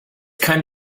kind